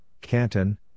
Canton